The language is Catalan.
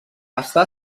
està